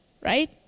right